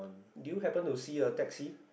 do you happen to see a taxi